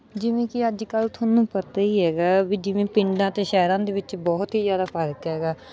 ਜਿਵੇਂ ਕਿ ਅੱਜ ਕੱਲ੍ਹ ਤੁਹਾਨੂੰ ਪਤਾ ਹੀ ਹੈਗਾ ਵੀ ਜਿਵੇਂ ਪਿੰਡਾਂ ਅਤੇ ਸ਼ਹਿਰਾਂ ਦੇ ਵਿੱਚ ਬਹੁਤ ਹੀ ਜ਼ਿਆਦਾ ਫਰਕ ਹੈਗਾ